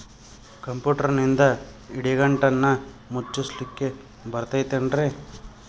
ಕಂಪ್ಯೂಟರ್ನಿಂದ್ ಇಡಿಗಂಟನ್ನ ಮುಚ್ಚಸ್ಲಿಕ್ಕೆ ಬರತೈತೇನ್ರೇ?